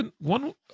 one